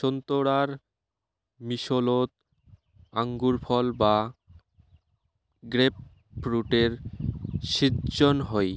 সোন্তোরার মিশোলোত আঙুরফল বা গ্রেপফ্রুটের শিজ্জন হই